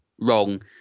wrong